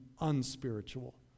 unspiritual